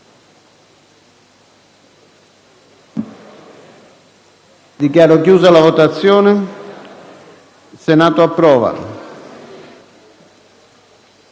Dichiaro chiusa la votazione. **Il Senato approva.**